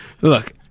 Look